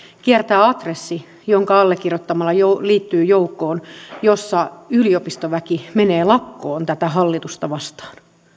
kiertää adressi jonka allekirjoittamalla liittyy joukkoon jossa yliopistoväki menee lakkoon tätä hallitusta vastaan